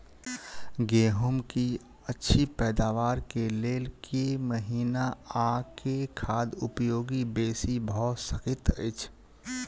गेंहूँ की अछि पैदावार केँ लेल केँ महीना आ केँ खाद उपयोगी बेसी भऽ सकैत अछि?